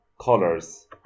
colors